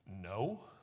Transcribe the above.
no